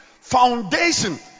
foundation